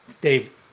Dave